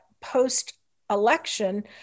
post-election